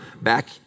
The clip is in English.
back